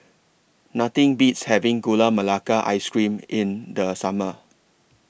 Nothing Beats having Gula Melaka Ice Cream in The Summer